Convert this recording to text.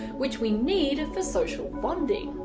which we need for social bonding.